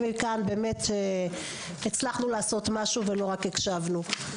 מכאן כשבאמת הצלחנו לעשות משהו ולא רק הקשבנו.